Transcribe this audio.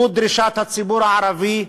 זו דרישת הציבור הערבי,